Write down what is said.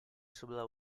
sebelah